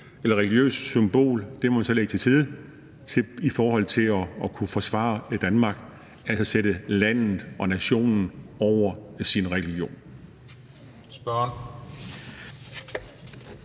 eller sit religiøse symbol til side i forhold til at kunne forsvare Danmark og sætte landet og nationen over sin religion.